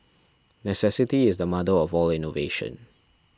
necessity is the mother of all innovation